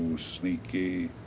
sneaky.